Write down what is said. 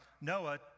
Noah